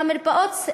והמרפאות,